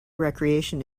recreation